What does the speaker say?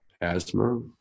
Asthma